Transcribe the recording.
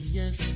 yes